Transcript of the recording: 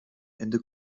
ende